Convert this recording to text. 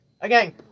Again